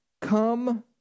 Come